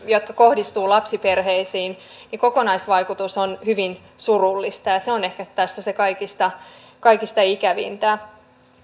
jotka kohdistuvat lapsiperheisiin mitä hallitus nyt tekee kokonaisvaikutus on hyvin surullinen ja se on ehkä tässä kaikista kaikista ikävintä